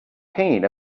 pain